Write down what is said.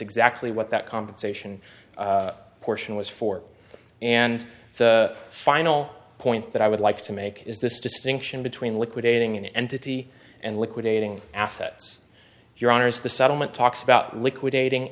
exactly what that compensation portion was for and the final point that i would like to make is this distinction between liquidating an entity and liquidating assets your honour's the settlement talks about liquidating